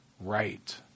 right